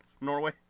Norway